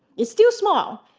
it's still small,